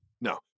No